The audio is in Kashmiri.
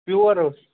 پیوٚر اوس